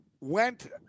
Went